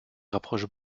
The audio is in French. rapproche